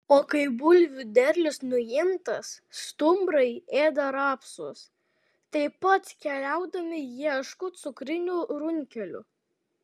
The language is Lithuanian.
o kai bulvių derlius nuimtas stumbrai ėda rapsus taip pat keliaudami ieško cukrinių runkelių